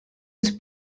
els